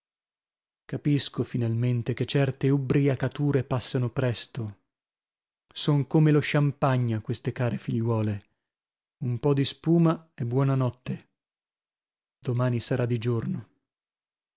capisco finalmente che certe ubbriacature passano presto son come lo sciampagna queste care figliuole un po di spuma e buona notte domani sarà di giorno